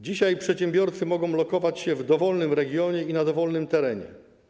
Dzisiaj przedsiębiorcy mogą lokować się w dowolnym regionie i na dowolnym terenie.